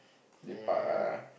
lepak ah